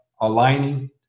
aligning